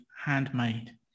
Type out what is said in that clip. handmade